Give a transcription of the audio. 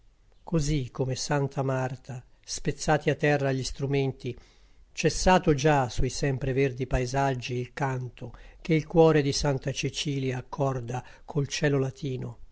così come santa marta spezzati a terra gli strumenti cessato già sui sempre verdi paesaggi il canto che il cuore di santa cecilia accorda col cielo latino